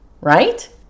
right